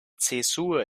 zäsur